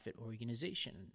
organization